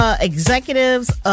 executives